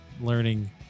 learning